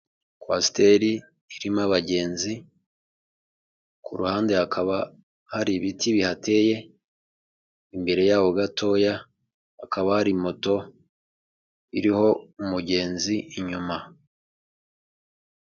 Kwasiteri irimo abagenzi, ku ruhande hakaba hari ibiti bihateye, imbere yaho gatoya hakaba hari moto iriho umugenzi inyuma.